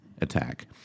attack